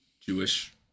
Jewish